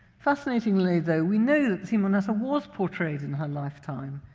fascinatingly, though, we know simonetta was portrayed in her lifetime,